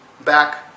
back